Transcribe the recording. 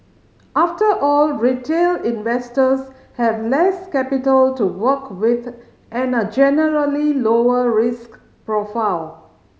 after all retail investors have less capital to work with and a generally lower risk profile